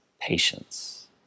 patience